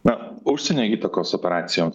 na užsienio įtakos operacijom